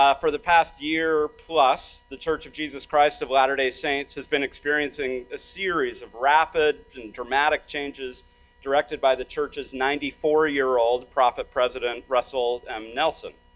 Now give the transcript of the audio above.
ah for the past year plus, the church of jesus christ of latter-day saints has been experiencing a series of rapid and dramatic changes directed by the churches ninety four year old prophet, president, russell m. nelson.